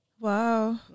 wow